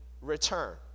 return